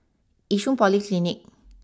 Yishun Polyclinic